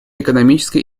экономической